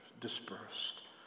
Dispersed